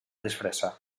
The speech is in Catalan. disfressa